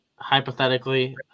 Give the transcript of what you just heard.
Hypothetically